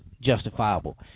justifiable